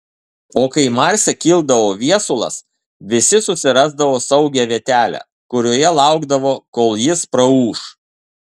o kai marse kildavo viesulas visi susirasdavo saugią vietelę kurioje laukdavo kol jis praūš